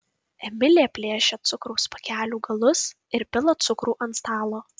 emilė plėšia cukraus pakelių galus ir pila cukrų ant stalo